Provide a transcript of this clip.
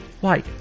Why